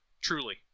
Truly